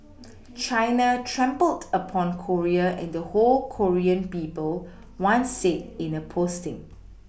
China trampled upon Korea and the whole Korean people one said in a posting